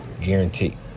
Guaranteed